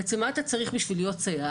בעצם מה אתה צריך בשביל להיות סייעת?